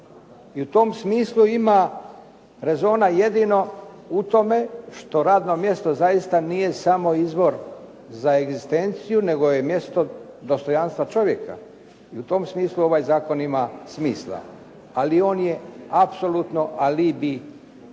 I u tom smislu ima rezona jedino u tome što radno mjesto zaista nije samo izvor za egzistenciju nego je mjesto dostojanstva čovjeka. I u tom smislu ovaj zakon ima smisla, ali on je apsolutno alibi